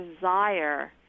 desire